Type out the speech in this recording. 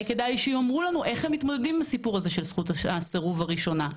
יאמרו לנו איך הם מתמודדים עם זכות הסירוב הראשונה,